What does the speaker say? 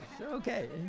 Okay